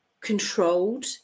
controlled